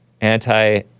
anti